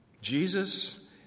Jesus